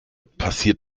passiert